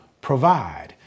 provide